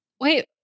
Wait